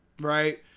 right